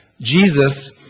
Jesus